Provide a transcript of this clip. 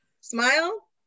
Smile